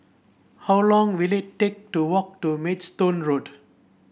how long will it take to walk to Maidstone Road